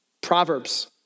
Proverbs